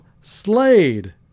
Slade